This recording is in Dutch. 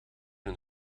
een